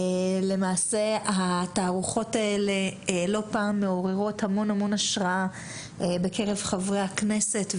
למעשה התערוכות האלה מעוררות המון המון השראה בקרב חברי הכנסת,